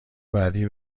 بعدی